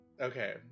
Okay